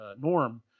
norm